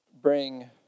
bring